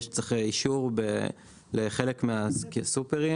היום צריך אישור לחלק מהסופרים,